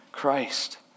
christ